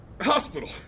Hospital